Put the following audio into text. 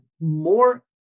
more